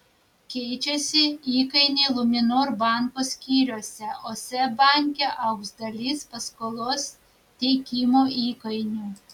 keičiasi įkainiai luminor banko skyriuose o seb banke augs dalis paskolos teikimo įkainių